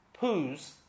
poos